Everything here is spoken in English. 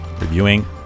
reviewing